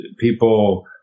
people